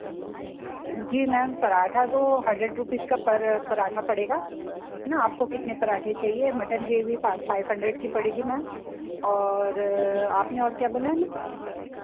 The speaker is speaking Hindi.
जी मैम पराँठा तो हंड्रेड रुपीज़ पर पराँठा पड़ेगा है न आपको कितने पराँठे चाहिए मटन ग्रेवी फाइव हंड्रेड की पड़ेगी मैम और अपने और क्या बोला है मैम